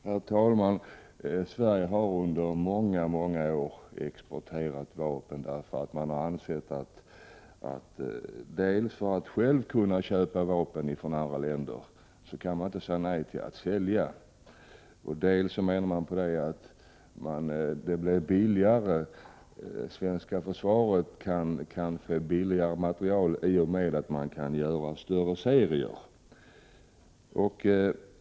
Herr talman! Sverige har under väldigt många år exporterat vapen. Man har ansett att eftersom vi själva vill köpa vapen från andra länder, kan vi inte säga nej till att sälja. Man menar också att det svenska försvaret kanske kan få billigare material i och med att man kan göra stora serier.